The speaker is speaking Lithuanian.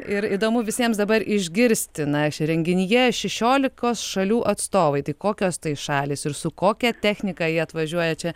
ir įdomu visiems dabar išgirsti na čia renginyje šešiolikos šalių atstovai tai kokios tai šalys ir su kokia technika jie atvažiuoja čia